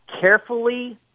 Carefully